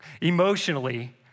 Emotionally